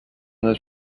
this